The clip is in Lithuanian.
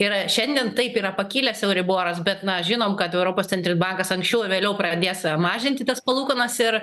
yra šiandien taip yra pakilęs euriboras bet na žinom kad europos centrinis bankas anksčiau ar vėliau pradės mažinti tas palūkanas ir